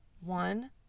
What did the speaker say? one